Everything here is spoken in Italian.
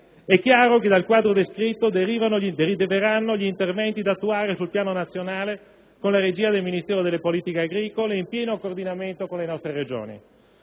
È chiaro che dal quadro descritto deriveranno gli interventi da attuare sul piano nazionale con la regia del Ministero delle politiche agricole, in pieno coordinamento con le nostre Regioni.